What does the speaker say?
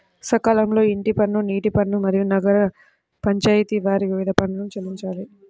సకాలంలో ఇంటి పన్ను, నీటి పన్ను, మరియు నగర పంచాయితి వారి వివిధ పన్నులను చెల్లించాలి